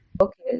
okay